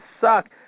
suck